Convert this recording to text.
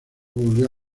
volvió